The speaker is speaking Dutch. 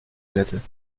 zetten